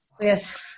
yes